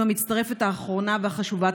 עם המצטרפת האחרונה והחשובה,